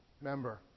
member